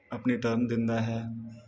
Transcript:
ਆਪਣੀ ਟਰਨ ਦਿੰਦਾ ਹੈ